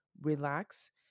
relax